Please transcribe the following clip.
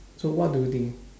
so what do you think